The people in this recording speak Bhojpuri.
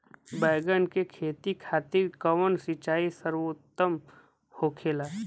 बैगन के खेती खातिर कवन सिचाई सर्वोतम होखेला?